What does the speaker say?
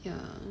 ya